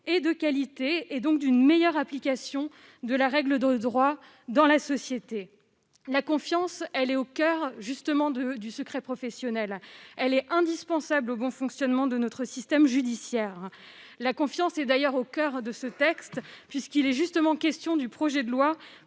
et de qualité, et donc d'une meilleure application de la règle de droit dans la société. La confiance est au coeur du secret professionnel. Elle est indispensable au bon fonctionnement de notre système judiciaire. Elle est d'ailleurs au fondement de ce texte, puisqu'il est justement question de restaurer la